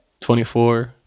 24